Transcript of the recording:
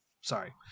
sorry